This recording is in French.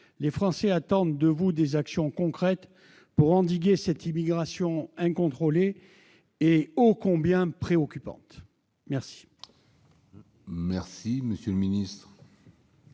Les Français attendent de vous des actions concrètes pour endiguer cette immigration incontrôlée et combien préoccupante. La